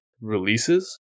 releases